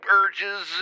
urges